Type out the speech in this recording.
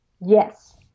Yes